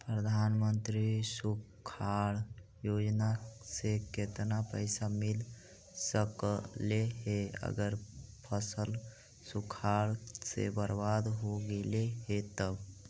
प्रधानमंत्री सुखाड़ योजना से केतना पैसा मिल सकले हे अगर फसल सुखाड़ से बर्बाद हो गेले से तब?